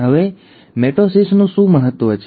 હવે મિટોસિસનું શું મહત્વ છે